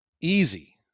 easy